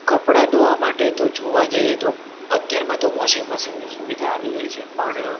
કપડા ધોવા માટે તો જોવા જાઈએ તો અત્યારમાં તો વોશિંગ મશીનની સુવિધા આવી ગઈ છે પણ